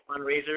fundraiser